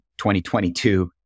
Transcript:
2022